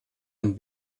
ein